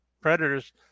predators